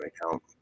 account